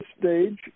stage